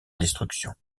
destruction